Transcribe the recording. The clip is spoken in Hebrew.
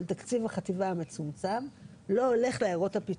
תקציב החטיבה המצומצם לא הולך לעיירות הפיתוח?